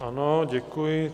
Ano, děkuji.